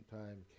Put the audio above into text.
time